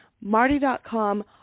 marty.com